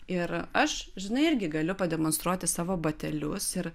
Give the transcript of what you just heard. ir aš žinai irgi galiu pademonstruoti savo batelius ir